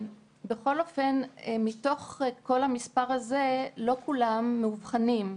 בכל אופן, מתוך כל המספר הזה, לא כולם מאובחנים.